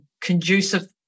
conducive